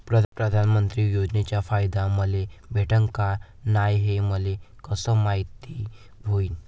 प्रधानमंत्री योजनेचा फायदा मले भेटनं का नाय, हे मले कस मायती होईन?